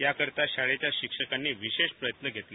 याकरता शाळेच्या शिक्षकांनी विशेष प्रयत्न घेतले